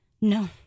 no